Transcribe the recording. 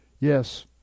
Yes